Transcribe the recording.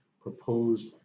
proposed